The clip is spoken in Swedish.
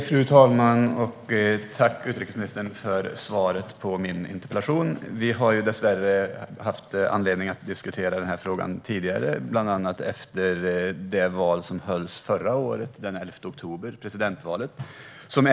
Fru talman! Jag tackar utrikesministern för svaret på min interpellation. Vi har dessvärre haft anledning att diskutera denna fråga tidigare, bland annat efter det presidentval som hölls den 11 oktober förra året.